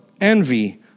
envy